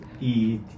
eat